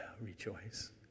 rejoice